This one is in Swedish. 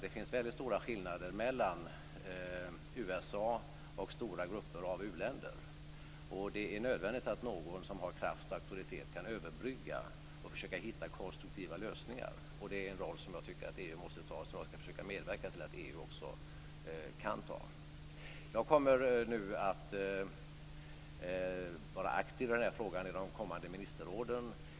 Det finns väldigt stora skillnader mellan USA och stora grupper av u-länder, och det är nödvändigt att någon som har kraft och auktoritet kan överbrygga skillnader och försöka hitta konstruktiva lösningar. Det är en roll som jag tycker att EU måste ta, och jag skall försöka medverka till att EU också kan ta den. Jag kommer nu att vara aktiv i den här frågan i de kommande ministerråden.